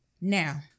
Now